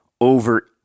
over